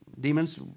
demons